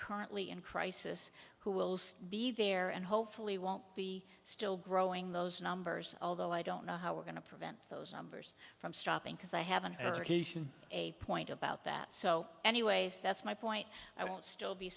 currently in crisis who will be there and hopefully won't be still growing those numbers although i don't know how we're going to prevent those numbers from stopping because i haven't heard a point about that so anyways that's my point i will still be